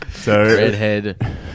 Redhead